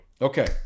Okay